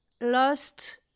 Lost